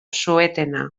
suetena